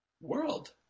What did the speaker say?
world